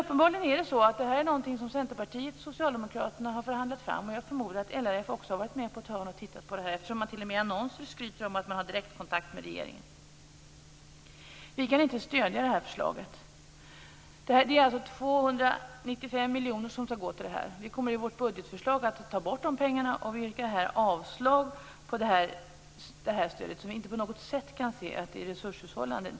Uppenbarligen är det här någonting som Centerpartiet och Socialdemokraterna har förhandlat fram, och jag förmodar att LRF också varit med på ett hörn och tittat på det, eftersom man t.o.m. i annonser skryter med att man har direktkontakt med regeringen. Det är alltså 295 miljoner som skall gå till det.